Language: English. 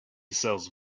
sells